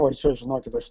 oi čia žinokit aš